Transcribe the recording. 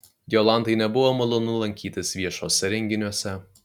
jolantai nebuvo malonu lankytis viešuose renginiuose